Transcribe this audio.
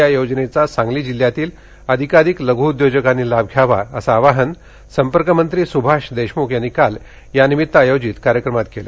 या योजनेचा सांगली जिल्ह्यातील अधिकाधिक लघ् उद्योजकांनी लाभ घ्यावा असं आवाहन संपर्कमंत्री सुभाष देशमुख यांनी काल या निमित्त आयोजित कार्यक्रमात केले